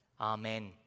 Amen